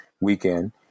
weekend